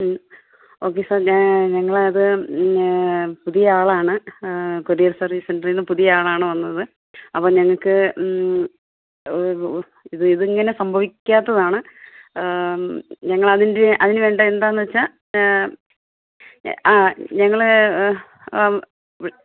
okay sir ഞങ്ങളത് പുതിയാളാണ് courier service സെൻ്ററിൽ നിന്ന് പുതിയ ആളാണ് വന്നത് അപ്പം ഞങ്ങൾക്ക് ഇത് ഇതിങ്ങനെ സംഭവിക്കാത്തതാണ് ഞങ്ങളതിൻ്റെ അതിനു വേണ്ട എന്താണെന്നു വച്ചാൽ ആ ഞങ്ങൾ